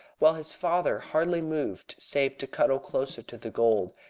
while his father hardly moved save to cuddle closer to the gold,